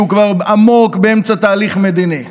שהוא כבר עמוק באמצע תהליך מדיני,